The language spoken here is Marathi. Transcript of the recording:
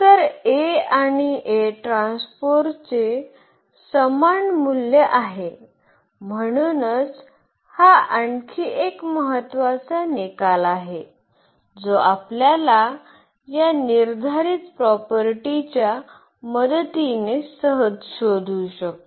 तर A आणि चे समान मूल्य आहे म्हणूनच हा आणखी एक महत्त्वाचा निकाल आहे जो आपल्याला या निर्धारीत प्रॉपर्टीच्या मदतीने सहज शोधू शकतो